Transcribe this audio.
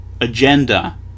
agenda